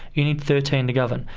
you need thirteen to govern.